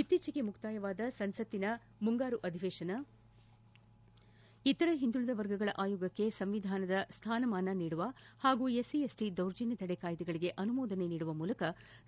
ಇತ್ತೀಚೆಗೆ ಮುಕ್ತಾಯವಾದ ಸಂಸತ್ತಿನ ಮುಂಗಾರು ಅಧಿವೇಶನ ಇತರೆ ಹಿಂದುಳಿದ ವರ್ಗಗಳ ಆಯೋಗಕ್ಕೆ ಸಾಂವಿಧಾನಿಕ ಸ್ಥಾನಮಾನ ನೀಡುವ ಹಾಗೂ ಎಸ್ಸಿಎಸ್ಸಿ ದೌರ್ಜನ್ನ ತಡೆ ಕಾಯ್ಲೆಗೆ ಅನುಮೋದನೆ ನೀಡುವ ಮೂಲಕ